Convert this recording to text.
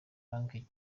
banki